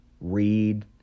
read